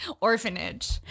orphanage